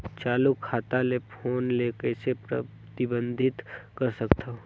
चालू खाता ले फोन ले कइसे प्रतिबंधित कर सकथव?